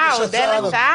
אה, עוד אין הצעה?